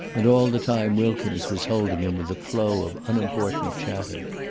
and all the time wilkins was holding him with a flow of unimportant chatter.